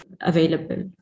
available